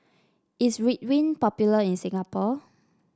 is Ridwind popular in Singapore